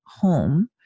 home